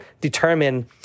determine